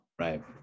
right